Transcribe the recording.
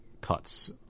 cuts